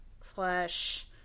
flesh